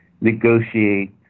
negotiate